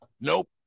Nope